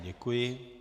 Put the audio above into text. Děkuji.